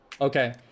Okay